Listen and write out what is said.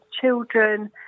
children